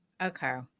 Okay